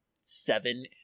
seven